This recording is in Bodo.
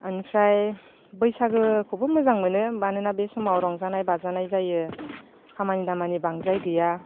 बेनिफ्राय बैसागुखौबो मोजां मोनो मानोना बे समाव रंजानाय बाजानाय जायो खामानि दामानि बांद्राय गैया